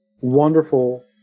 wonderful